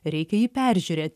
reikia jį peržiūrėt